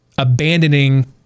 abandoning